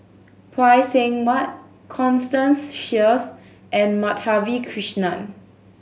Phay Seng Whatt Constance Sheares and Madhavi Krishnan